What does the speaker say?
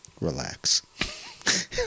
Relax